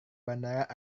bandara